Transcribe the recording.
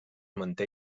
manté